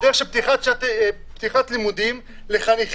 בדרך של פתיחת לימודים לחניכים,